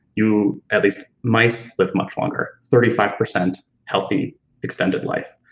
you, at least mice, live much longer, thirty five percent healthy extended life.